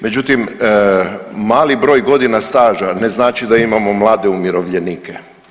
Međutim, mali broj godina staža ne znači da imamo mlade umirovljenike.